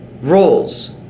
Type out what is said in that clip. roles